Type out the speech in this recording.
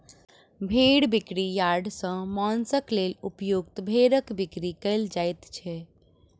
भेंड़ बिक्री यार्ड सॅ मौंसक लेल उपयुक्त भेंड़क बिक्री कयल जाइत छै